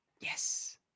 Yes